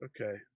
Okay